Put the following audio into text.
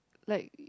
like